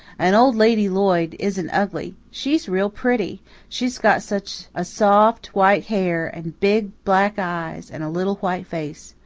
and old lady lloyd isn't ugly. she's real pretty she's got such a soft white hair and big black eyes and a little white face.